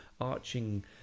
arching